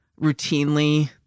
routinely